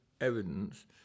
evidence